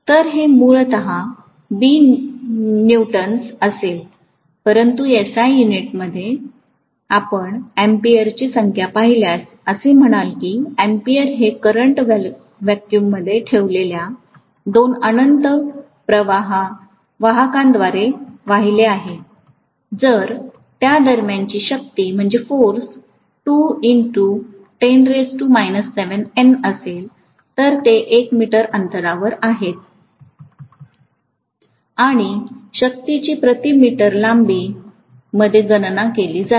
तर हे मूलत B न्यूटन्स असेल परंतु SI युनिट्स मध्ये आपण अँपिअरची व्याख्या पाहिल्यास असे म्हणाल की अँपीयर हे करंट व्हॅक्यूममध्ये ठेवलेल्या 2 अनंत लांब वाहकांद्वारे वाहिले जाते जर त्या दरम्यानची शक्ती असेल तर ते 1 मीटर अंतरावर आहेत आणि शक्तीची प्रति मीटर लांबी मध्ये गणना केली जाते